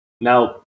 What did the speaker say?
Now